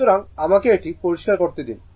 সুতরাং আমাকে এটি পরিষ্কার করতে দিন